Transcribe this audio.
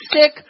sick